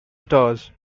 stars